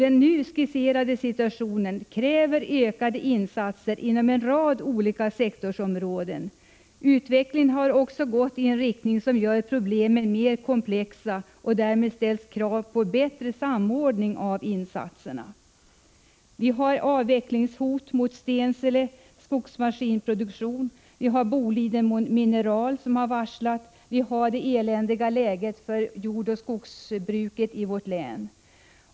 Den nu skisserade situationen kräver ökade insatser inom en rad olika sektorer. Utvecklingen har också gått i en riktning som gör problemen mer komplexa, och därmed ställs krav på bättre samordning av insatserna. Vi har hotet om en avveckling av Stenseles skogsmaskinproduktion. Vi har Boliden Mineral som har varslat, och vi har det eländiga läget för jordoch skogsbruket i vårt län.